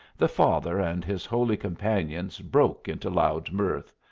the father and his holy companions broke into loud mirth.